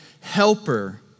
helper